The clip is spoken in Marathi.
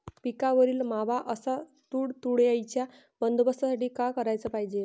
पिकावरील मावा अस तुडतुड्याइच्या बंदोबस्तासाठी का कराच पायजे?